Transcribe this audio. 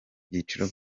byiciro